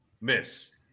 miss